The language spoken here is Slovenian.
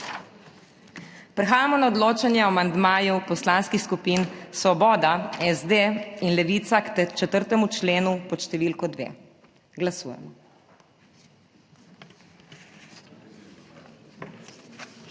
Prehajamo na odločanje o amandmaju Poslanskih skupin Svoboda, SD in Levica k 4. členu pod številko 2. Glasujemo.